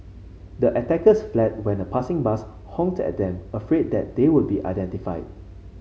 the attackers fled when a passing bus honked at them afraid that they would be identified